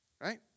Right